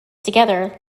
together